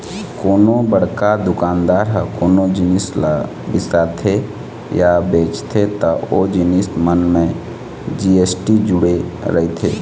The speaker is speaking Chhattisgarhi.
कोनो बड़का दुकानदार ह कोनो जिनिस ल बिसाथे या बेचथे त ओ जिनिस मन म जी.एस.टी जुड़े रहिथे